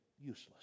useless